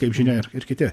kaip žinia ir ir kiti